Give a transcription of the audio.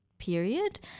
period